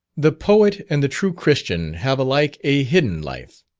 the poet and the true christian have alike a hidden life.